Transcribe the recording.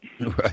Right